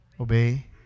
obey